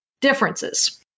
differences